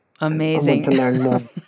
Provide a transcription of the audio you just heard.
Amazing